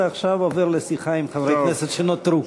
ועכשיו הוא עובר לשיחה עם חברי כנסת שנותרו.